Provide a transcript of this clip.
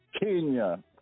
Kenya